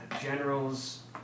generals